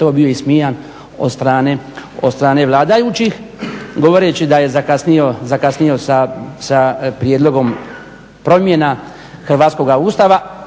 gotovo bio ismijan od strane vladajućih govoreći da je zakasnio sa prijedlogom promjena hrvatskoga Ustava